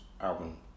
album